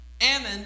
Ammon